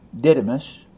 Didymus